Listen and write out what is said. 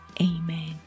Amen